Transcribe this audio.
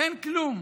אין כלום.